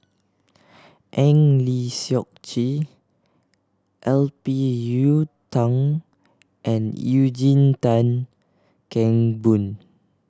Eng Lee Seok Chee L P Yiu Tung and Eugene Tan Kheng Boon